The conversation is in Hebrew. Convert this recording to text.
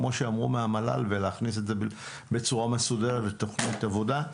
כמו שאמרו מהמל"ל ולהכניס את זה בצורה מסודרת לתכנית עבודה.